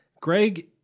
Greg